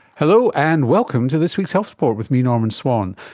hello, and welcome to this week's health report with me, norman swan.